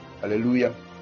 Hallelujah